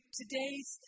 today's